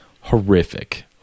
horrific